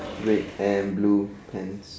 red and blue pants